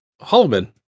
Holman